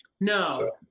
No